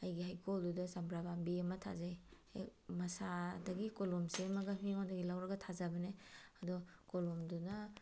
ꯑꯩꯒꯤ ꯍꯩꯀꯣꯜꯗꯨꯗ ꯆꯝꯄ꯭ꯔꯥ ꯄꯥꯝꯕꯤ ꯑꯃ ꯊꯥꯖꯩ ꯍꯦꯛ ꯃꯁꯥꯗꯒꯤ ꯀꯣꯂꯣꯝ ꯁꯦꯝꯃꯒ ꯃꯤꯉꯣꯟꯗꯒꯤ ꯂꯧꯔꯒ ꯊꯥꯖꯕꯅꯤ ꯑꯗꯨ ꯀꯣꯂꯣꯝꯗꯨꯅ